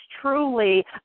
truly